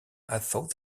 although